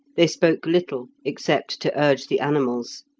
they spoke little, except to urge the animals.